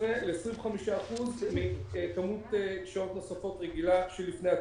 15% ל-25% יותר מכמות השעות הנוספות הרגילות שלפני הקורונה.